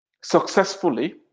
successfully